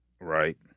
Right